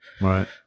Right